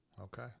okay